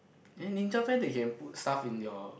Nin~ Ninja Van they can put stuff in your